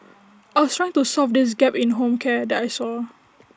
I was trying to solve this gap in home care that I saw